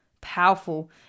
powerful